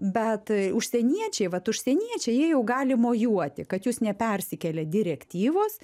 bet užsieniečiai vat užsieniečiai jie jau gali mojuoti kad jūs nepersikėlę direktyvos